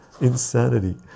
Insanity